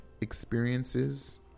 experiences